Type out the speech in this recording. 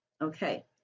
Okay